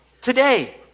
today